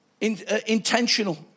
intentional